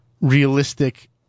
realistic